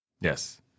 yes